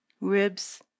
ribs